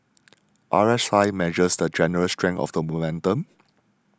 R S I measures the general strength of the momentum